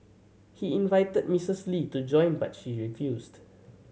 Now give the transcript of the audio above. he invited Mistress Lee to join but she refused